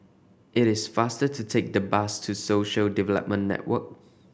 it is faster to take the bus to Social Development Network